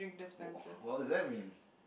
what does that mean